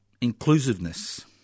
Inclusiveness